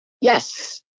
Yes